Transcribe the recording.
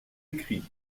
écrit